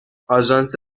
آژانس